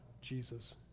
Jesus